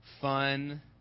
fun